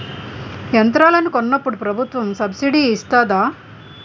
యంత్రాలను కొన్నప్పుడు ప్రభుత్వం సబ్ స్సిడీ ఇస్తాధా?